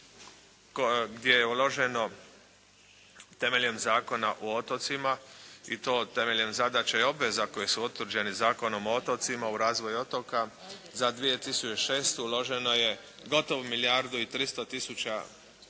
gdje je uloženo temeljem Zakona o otocima i temeljem zadaća i obveza koje su utvrđeni Zakonom o otocima u razvoju otoka za 2006. uloženo je gotovo milijardu i 300 tisuća